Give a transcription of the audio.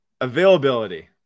Availability